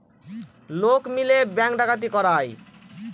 লোক মিলে ব্যাঙ্ক ডাকাতি করায়